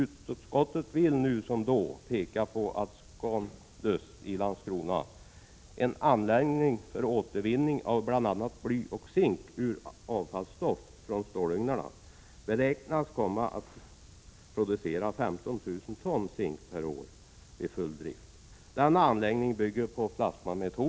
Utskottet vill nu som då peka på att ScanDust i Landskrona, en anläggning för återvinning av bl.a. bly och zink ur avfallsstoft från stålugnarna, beräknas komma att producera 15 000 ton zink per år vid full drift.